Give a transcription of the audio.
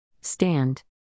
Stand